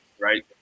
right